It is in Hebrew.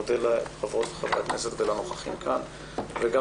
מודה לחברות וחברי הכנסת ולנוכחים כאן וגם